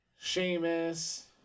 Sheamus